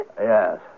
Yes